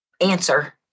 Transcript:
answer